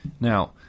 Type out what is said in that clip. Now